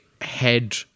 head